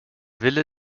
wille